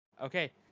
Okay